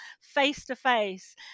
face-to-face